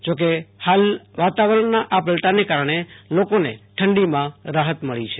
જોકે હાલ વાતાવરણમાં પલટાને કારણે લોકોને ઠંડીમાં રાહત મળી છે